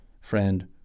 friend